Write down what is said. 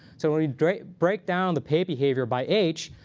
so when you break break down the pay behavior by age,